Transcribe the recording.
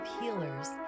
healers